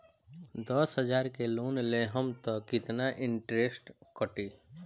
दस हजार के लोन लेहम त कितना इनट्रेस कटी?